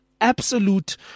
absolute